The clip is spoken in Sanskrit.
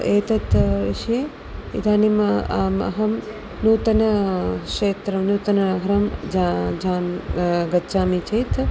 एतत् विषये इदानीम् अहं नूतनक्षेत्रं नूतननगरं जा जान् गच्छामि चेत्